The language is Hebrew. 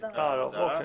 בסדר.